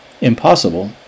impossible